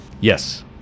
Yes